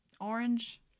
orange